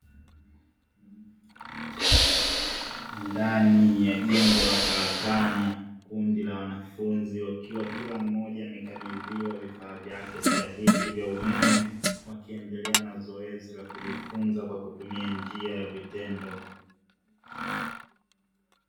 Ndani ya jengo la karakana, kundi la wanafunzi wakiwa kila mmoja amekabidhiwa vifaa vyake stahiki vya umeme wakiendelea na zoezi la kujifunza kwa kutumia njia ya vitendo.